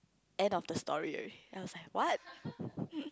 end of the story already I was like what